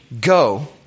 go